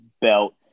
belt